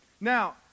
Now